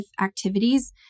activities